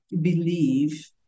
believe